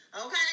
Okay